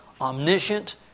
omniscient